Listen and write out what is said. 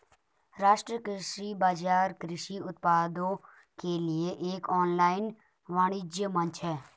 राष्ट्रीय कृषि बाजार कृषि उत्पादों के लिए एक ऑनलाइन वाणिज्य मंच है